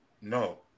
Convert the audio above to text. No